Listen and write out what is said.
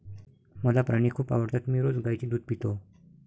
मला प्राणी खूप आवडतात मी रोज गाईचे दूध पितो